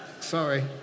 Sorry